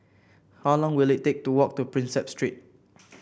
how long will it take to walk to Prinsep Street